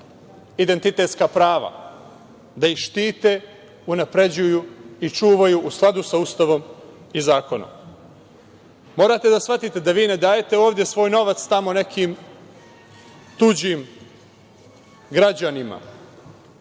identitetska prava da ih štite, unapređuju i čuvaju, u skladu sa Ustavom i zakonom. Morate da shvatite da vi ne dajete ovde svoj novac tamo nekim tuđim građanima,